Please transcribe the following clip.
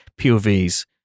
POVs